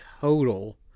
total